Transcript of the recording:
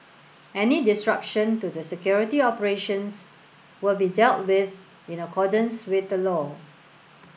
any disruption to the security operations will be dealt with in accordance with the law